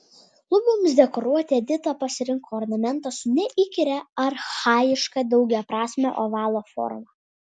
luboms dekoruoti edita pasirinko ornamentą su neįkyria archajiška daugiaprasme ovalo forma